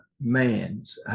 man's